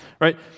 right